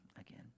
again